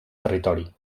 territori